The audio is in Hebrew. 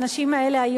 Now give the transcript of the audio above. האנשים האלה,